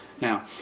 Now